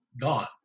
gone